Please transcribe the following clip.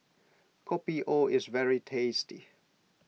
Kopi O is very tasty